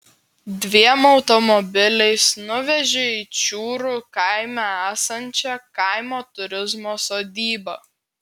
dviem automobiliais nuvežė į čiūrų kaime esančią kaimo turizmo sodybą